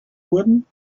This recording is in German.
worden